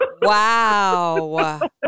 wow